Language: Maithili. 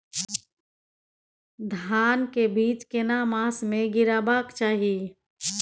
धान के बीज केना मास में गीराबक चाही?